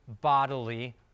bodily